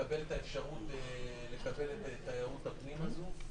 לקבל את האפשרות לתיירות הפנים הזאת.